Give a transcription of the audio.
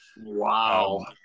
Wow